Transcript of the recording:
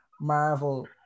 Marvel